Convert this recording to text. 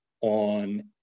on